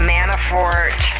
Manafort